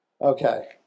Okay